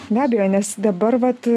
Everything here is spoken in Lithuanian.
be abejo nes dabar vat